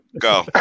go